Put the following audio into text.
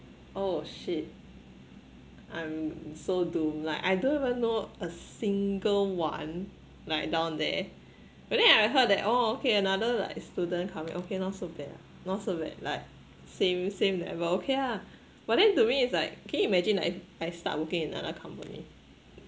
oh shit I'm so doomed like I don't even know a single one like down there but then I heard that oh okay another like student coming okay not so bad lah not so bad like same same level okay lah but then to me it's like can you imagine like I start working in another company